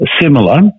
similar